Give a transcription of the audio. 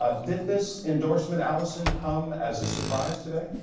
ah did this endorse. and alison, come as a surprise today.